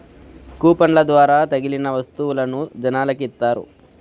కూపన్ల ద్వారా తగిలిన వత్తువులను జనాలకి ఇత్తారు